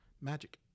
magic